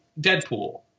Deadpool